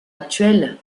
actuelle